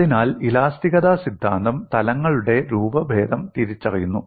അതിനാൽ ഇലാസ്തികത സിദ്ധാന്തം തലങ്ങളുടെ രൂപഭേദം തിരിച്ചറിയുന്നു